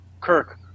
Kirk